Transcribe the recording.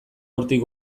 hortik